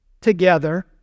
together